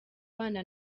bana